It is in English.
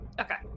Okay